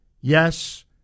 yes